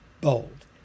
Bold